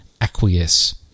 acquiesce